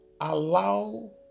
allow